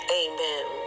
amen